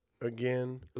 again